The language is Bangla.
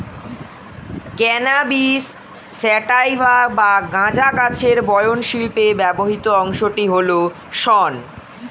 ক্যানাবিস স্যাটাইভা বা গাঁজা গাছের বয়ন শিল্পে ব্যবহৃত অংশটি হল শন